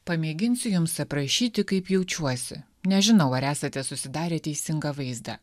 pamėginsiu jums aprašyti kaip jaučiuosi nežinau ar esate susidarė teisingą vaizdą